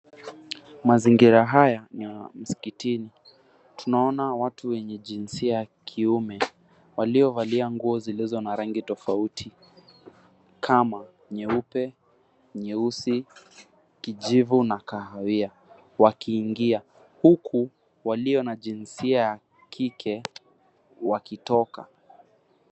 Mazingira haya, ni ya msikitini. Tunaona watu wenye jinsia ya kiume, waliovalia nguo zilizo na rangi tofauti kama nyeupe, nyeusi, kijivu na kahawia wakiingia. Huku walio na jinsia ya kike wakitoka.